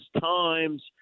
times